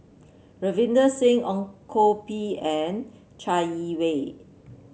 Ravinder Singh Ong Koh Bee and Chai Yee Wei